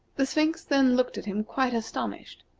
the sphinx then looked at him quite astonished.